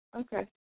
Okay